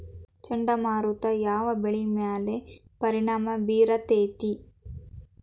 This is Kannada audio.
ಚಂಡಮಾರುತ ಯಾವ್ ಬೆಳಿ ಮ್ಯಾಲ್ ಪರಿಣಾಮ ಬಿರತೇತಿ?